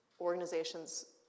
organizations